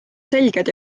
selged